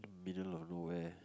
middle of nowhere